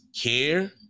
care